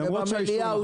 זה אושר במליאה.